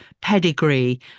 pedigree